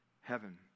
heaven